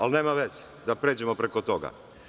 Ali, nema veze, da pređemo preko toga.